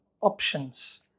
options